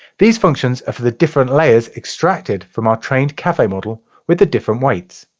these functions are for the different layers extracted from our trained caffe model with the different weights